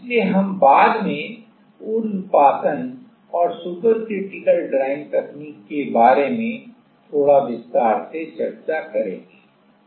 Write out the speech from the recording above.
इसलिए हम बाद में ऊर्ध्वपातन और सुपर क्रिटिकल ड्रायिंग तकनीक के बारे में थोड़ा विस्तार से चर्चा करेंगे